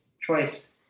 choice